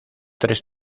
tres